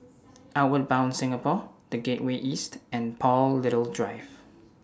Outward Bound Singapore The Gateway East and Paul Little Drive